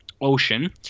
ocean